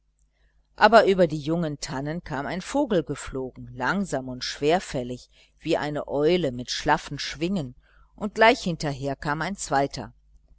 aber über die jungen tannen kam ein vogel geflogen langsam und schwerfällig wie eine eule mit schlaffen schwingen und gleich hinterher kam ein zweiter